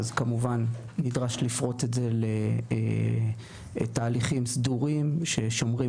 כמובן נדרש לפרוט את זה לתהליכים סדורים ששומרים